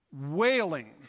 wailing